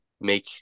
make